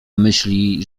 myśli